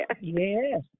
Yes